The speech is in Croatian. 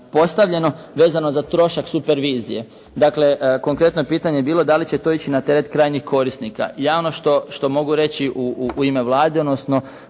postavljeno vezano za trošak supervizije. Dakle konkretno je pitanje bilo da li će to ići na teret krajnjeg korisnika. Ja ono što mogu reći u ime Vlade, odnosno